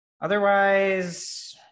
Otherwise